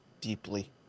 deeply